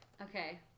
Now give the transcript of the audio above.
Okay